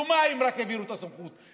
אחרי יומיים העבירו את הסמכות.